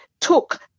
took